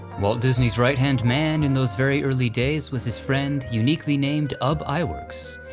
walt disney's right-hand man in those very early days was his friend, uniquely named ub iwerks.